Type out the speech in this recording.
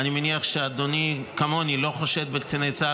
כפי שאדוני מכיר היטב,